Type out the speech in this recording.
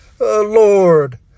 Lord